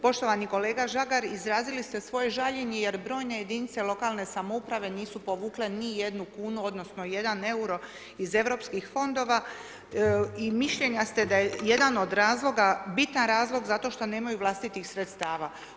Poštovani kolega Žagar, izrazili ste svoje žaljenje jer brojne jedinice lokalne samouprave nisu povukle niti jednu kunu odnosno jedan EUR-o iz Europskih fondova i mišljenja ste da je jedan od razloga, bitan razlog zato što nemaju vlastitih sredstava.